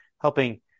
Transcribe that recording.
Helping